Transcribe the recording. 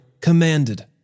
commanded